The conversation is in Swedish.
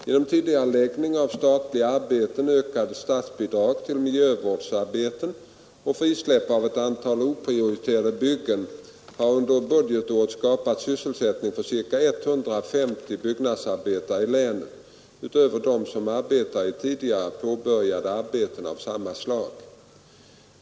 Genom tidigareläggning av statliga arbeten, ökade statsbidrag till miljövårdsarbeten och frisläpp av ett antal oprioriterade byggen har under budgetåret skapats sysselsättning för ca 150 byggnadsarbetare i länet utöver dem som arbetar i tidigare påbörjade arbeten av samma slag.